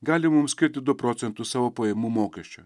gali mums skirti du procentus savo pajamų mokesčio